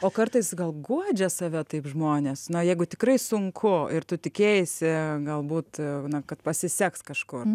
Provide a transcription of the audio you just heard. o kartais gal guodžia save taip žmonės na jeigu tikrai sunku ir tu tikėjaisi galbūt na kad pasiseks kažkur